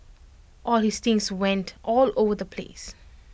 all his things went all over the place